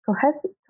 cohesive